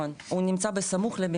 עכשיו שהמספר נע בין לא נודע להמון שנים,